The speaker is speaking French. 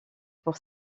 pour